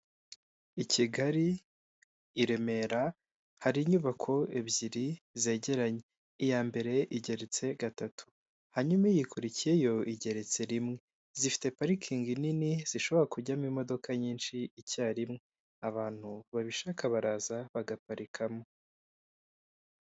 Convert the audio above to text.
i Kigali i Remera hari inyubako ebyiri zegeranye, iya mbere igeretse gatatu hanyuma iyikurikiye yo igeretse rimwe zifite parikingi nini zishobora kujyamo imodoka nyinshi icyarimwe abantu babishaka baraza bagaparika mo.